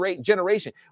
generation